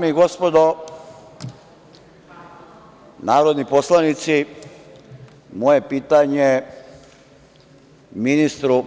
Dame i gospodo narodni poslanici, moje pitanje ministru je